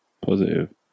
positive